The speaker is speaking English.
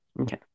Okay